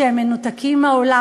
שמנותקים מהעולם,